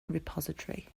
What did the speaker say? repository